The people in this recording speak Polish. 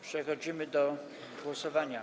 Przechodzimy do głosowania.